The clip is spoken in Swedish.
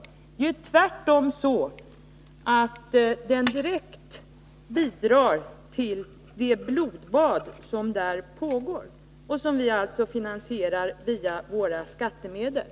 Det är ju tvärtom så att de direkt bidrar till det blodbad som där pågår — och som vi alltså finansierar via våra skattemedel.